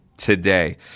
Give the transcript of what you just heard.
Today